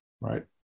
right